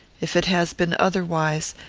if it has been otherwise,